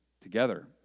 together